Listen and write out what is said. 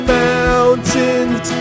mountains